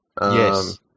Yes